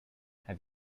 have